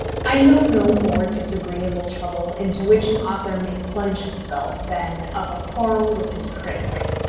i know no more disagreeable trouble into which an author may plunge himself than of a quarrel with his critics,